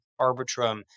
Arbitrum